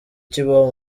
kibaho